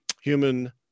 human